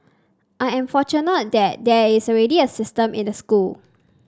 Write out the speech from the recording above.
I am fortunate that there is already a system in the school